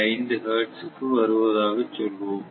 5 hertz க்க்கு வருவதாகச் சொல்வோம்